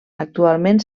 actualment